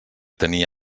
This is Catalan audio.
tenir